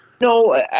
No